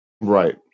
Right